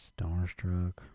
Starstruck